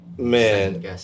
man